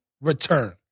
return